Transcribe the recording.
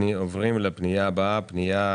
פניית